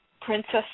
Princess